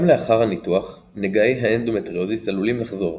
גם לאחר הניתוח נגעי האנדומטריוזיס עלולים לחזור,